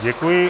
Děkuji.